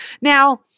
Now